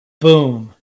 Boom